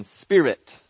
spirit